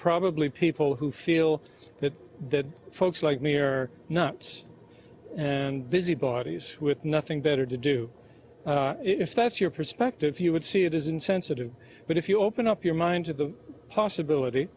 probably people who feel that that folks like me are knots and busy bodies with nothing better to do if that's your perspective you would see it is insensitive but if you open up your mind to the possibility